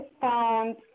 found